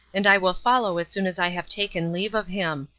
and i will follow as soon as i have taken leave of him.